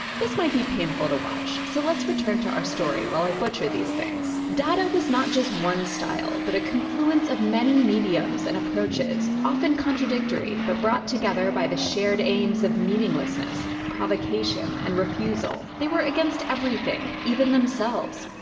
this might be painful to watch. so let's return to our story, while i butcher these things. dada was not just one style, but a confluence of many mediums and approaches, often contradictory but brought together by the shared aims of meaninglessness, provocation, and refusal. they were against everything, even themselves.